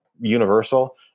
universal